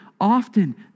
often